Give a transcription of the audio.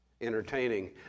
entertaining